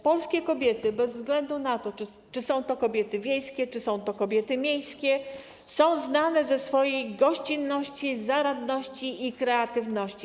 Polskie kobiety bez względu na to, czy są to kobiety wiejskie, czy są to kobiety miejskie, są znane ze swojej gościnności, zaradności i kreatywności.